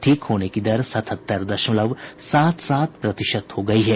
ठीक होने की दर सतहत्तर दशमलव सात सात प्रतिशत हो गई है